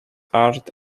art